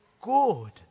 good